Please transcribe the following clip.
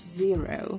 zero